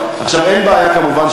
אדוני, אני מבקש להשלים את דברי, כמובן.